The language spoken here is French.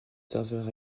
serveur